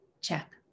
Check